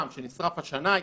גם שנשרף השנאי.